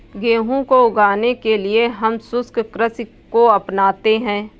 गेहूं को उगाने के लिए हम शुष्क कृषि को अपनाते हैं